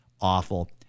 awful